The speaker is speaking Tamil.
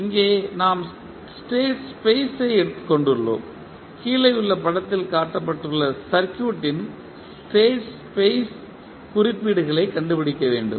இங்கே நாம் ஸ்டேட் ஸ்பேஸ் ஐக் கொண்டுள்ளோம் கீழேயுள்ள படத்தில் காட்டப்பட்டுள்ள சர்க்யூட் ன் ஸ்டேட் ஸ்பேஸ் குறிப்பீடுகளைக் கண்டுபிடிக்க வேண்டும்